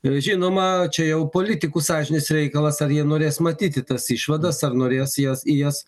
žinoma čia jau politikų sąžinės reikalas ar jie norės matyti tas išvadas ar norės jas į jas